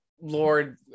lord